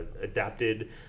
adapted